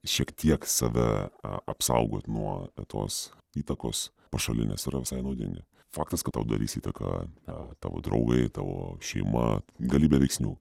šiek tiek save apsaugot nuo tos įtakos pašalinės yra visai naudinga faktas kad tau darys įtaką tavo draugai tavo šeima galybė veiksnių